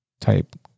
type